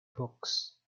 books